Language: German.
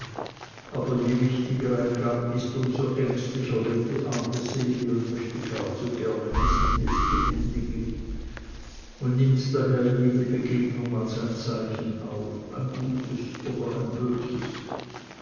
aber je wichtiger ein gang ist um so ängstlicher wird die arme seele und möchte gar zu gerne wissen wie es zu ende geht und nimmt daher jede bewegung als ein zeichen auf ein gutes oder ein böses